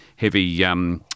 heavy